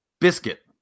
biscuit